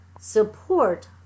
Support